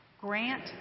Grant